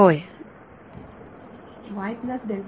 विद्यार्थी y plus delta